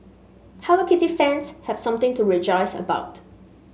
Hello Kitty fans have something to rejoice about